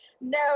no